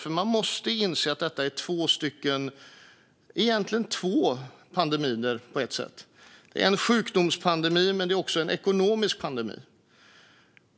Man måste inse att detta egentligen är två pandemier. Det är en sjukdomspandemi, men det är också en ekonomisk pandemi.